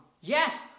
Yes